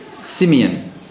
Simeon